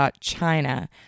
china